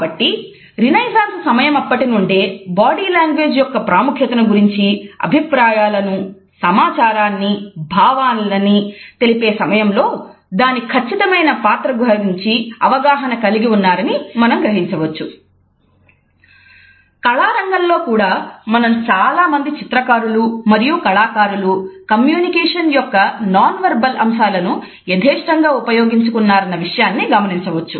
కాబట్టి రినైసాన్స్ సమయమప్పటినుండే body language యొక్క ప్రాముఖ్యతను గూర్చి అభిప్రాయాలను సమాచారాన్ని భావాలని తెలిపే సమయంలో దాని ఖచ్చితమైన పాత్ర గురించి అవగాహన కలిగి ఉన్నారని మనం కళా రంగంలో కూడా మనం చాలామంది చిత్రకారులు మరియు కళాకారులు కమ్యూనికేషన్ యొక్క నాన్ వెర్బల్ అంశాలను యథేష్టముగా ఉపయోగించుకున్నారన్న విషయాన్ని గమనించవచ్చు